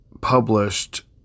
published